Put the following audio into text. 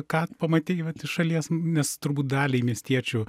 ką pamatei vat iš šalies nes turbūt daliai miestiečių